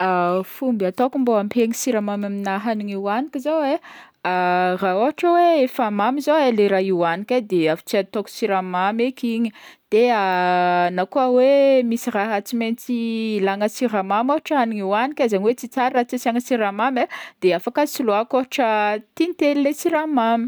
Fomba ataoko mba ampihegny siramamy amina hagniny hoaniko zao, raha ôhatra hoe efa mamy zao e le raha hoagniko de efa tsy ataoko siramamy eky igny de na koa hoe misy raha tsy maintsy ilàgna siramamy ôhatra raha hoagniko e, zegny hoe tsy tsara raha tsy asiagna siramamy de afaka soloiko tintely le siramamy.